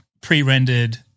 pre-rendered